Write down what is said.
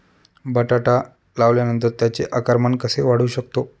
बटाटा लावल्यानंतर त्याचे आकारमान कसे वाढवू शकतो?